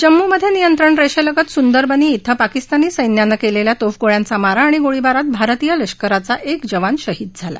जम्मूमध्ये नियंत्रण रेषेलगत सुंदरबनी श्वी पाकिस्तानी सैन्यानं केलेल्या तोफगोळ्यांचा मारा आणि गोळीबारात भारतीय लष्कराचा एक जवान शहीद झाला